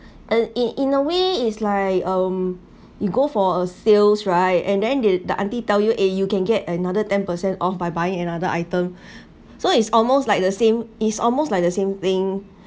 and in in a way is like um you go for a sales right and then they the aunty tell you eh you can get another ten percent off by buying another item so it's almost like the same it's almost like the same thing